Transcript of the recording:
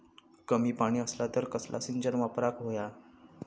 कमी पाणी असला तर कसला सिंचन वापराक होया?